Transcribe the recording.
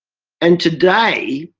and today,